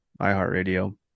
iHeartRadio